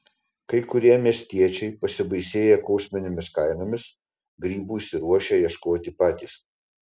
kai kurie miestiečiai pasibaisėję kosminėmis kainomis grybų išsiruošia ieškoti patys